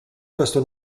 questo